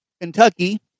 Kentucky